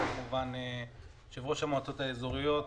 יושב-ראש המועצות האזוריות,